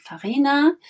Farina